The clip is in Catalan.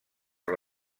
per